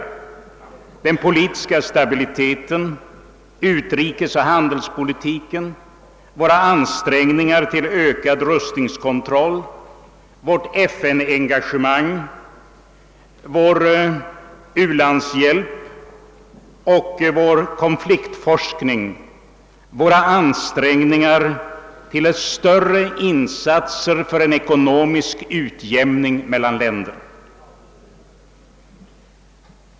Det gäller den politiska stabiliteten, utrikesoch handelspolitiken, våra ansträngningar att uppnå ökad rustningskontroll, vårt FN engagemang, vår u-landshjälp, vår konfliktforskning och våra ansträngningar att få till stånd större insatser för en ekonomisk utjämning mellan länderna.